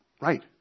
Right